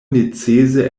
necese